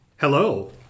Hello